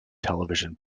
television